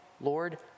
Lord